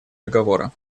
договора